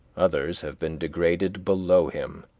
others have been degraded below him.